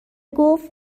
گفت